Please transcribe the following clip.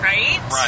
Right